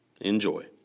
Enjoy